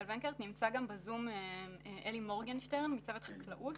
נמצא ב-זום אלי מורגנשטרן מצוות חקלאות.